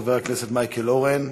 חבר הכנסת מייקל אורן,